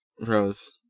Rose